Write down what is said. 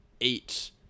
eight